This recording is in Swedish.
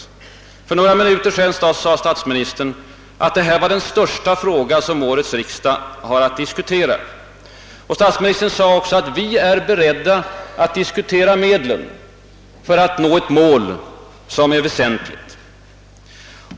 För några minuter sedan sade statsministern att detta var den största fråga som årets riksdag har att diskutera. Statsministern sade också att »vi är beredda att diskutera medlen för att nå ett mål som är väsentligt».